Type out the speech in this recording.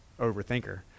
overthinker